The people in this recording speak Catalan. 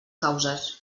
causes